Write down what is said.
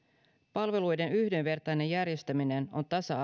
palveluiden yhdenvertainen järjestäminen on tasa